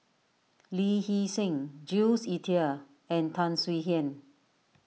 Lee Hee Seng Jules Itier and Tan Swie Hian